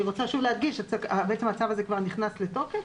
אני רוצה שוב להדגיש, בעצם הצו הזה כבר נכנס לתוקף